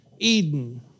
Eden